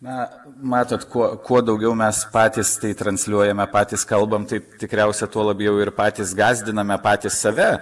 na matote kuo kuo daugiau mes patys tai transliuojame patys kalbam taip tikriausiai tuo labiau ir patys gąsdiname patys save